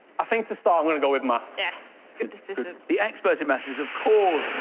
i think, to start, i'm going to go with maths. yes, good decision. the expert in maths is, of course,